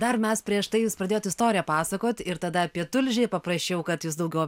dar mes prieš tai jūs pradėjot istoriją pasakot ir tada apie tulžį paprašiau kad jūs daugiau